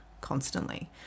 constantly